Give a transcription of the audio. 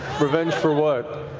revenge for what?